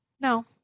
No